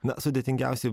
na sudėtingiausia